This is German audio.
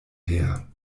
her